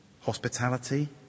hospitality